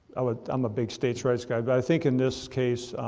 i would, i'm a big state's rights guy, but i think in this case,